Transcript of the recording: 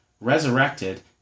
resurrected